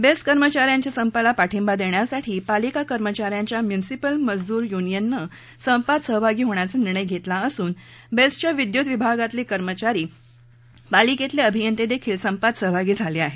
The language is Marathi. बेस्ट कर्मचाऱ्यांच्या संपाला पाठिंबा देण्यासाठी पालिका कर्मचाऱ्यांच्या म्युनिसिपल मजदूर युनियननं संपात सहभागी होण्याचा निर्णय घेतला असून बेस्टच्या विद्युत विभागातले कामगार पालिकेतले अभियंतेदेखील संपात सहभागी झाले आहेत